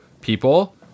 people